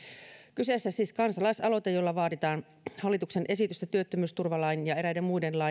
kyseessä on siis kansalaisaloite jolla vaaditaan kumottavaksi hallituksen esitystä työttömyysturvalain ja eräiden muiden